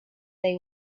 they